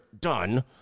done